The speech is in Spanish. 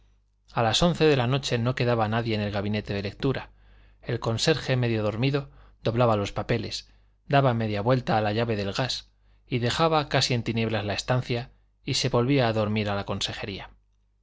a las once de la noche no quedaba nadie en el gabinete de lectura el conserje medio dormido doblaba los papeles daba media vuelta a la llave del gas y dejaba casi en tinieblas la estancia y se volvía a dormir a la conserjería